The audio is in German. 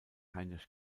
heinrich